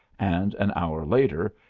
and an hour later,